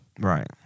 Right